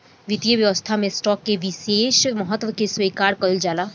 वित्तीय व्यवस्था में स्टॉक के विशेष महत्व के स्वीकार कईल जाला